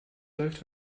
läuft